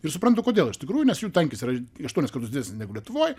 ir suprantu kodėl iš tikrųjų nes jų tankis yra aštuonis kartus didesnis negu lietuvoj